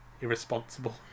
Irresponsible